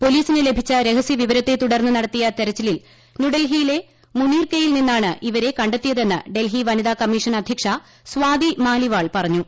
പോലീസിന് ലഭിച്ച രഹസൃ വിവരത്തെ തുടർന്ന് നടത്തിയ തെരച്ചിലിൽ ന്യൂഡൽഹിയിലെ മുനീർക്കയിൽ നിന്നാണ് ഇവരെ കണ്ടെത്തിയതെന്ന് ഡൽഹി വനിതാ കമ്മീഷൻ അധൃക്ഷ സ്വാതി മാലിവാൾ പറഞ്ഞു